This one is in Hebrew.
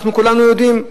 אנחנו כולנו יודעים,